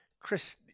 Chris